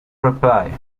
reply